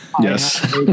Yes